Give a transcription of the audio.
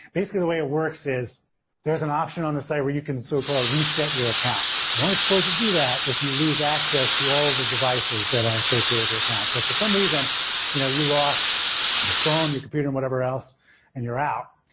basically, the way it works is there's an option on the site where you can so call ah reset your account. you're only supposed to do that if you lose access to all the devices that are associated with your account. so for some reason you know you lost your phone, your computer and whatever else and you're out,